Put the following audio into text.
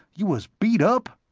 you was beat up?